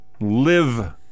live